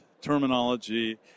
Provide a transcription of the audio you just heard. terminology